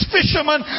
fishermen